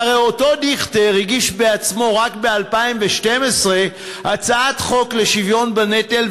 שהרי אותו דיכטר הגיש בעצמו רק ב-2012 הצעת חוק לשוויון בנטל.